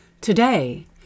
Today